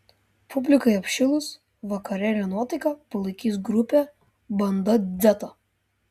publikai apšilus vakarėlio nuotaiką palaikys grupė banda dzeta